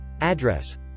address